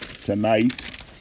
tonight